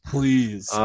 Please